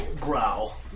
Growl